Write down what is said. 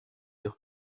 sur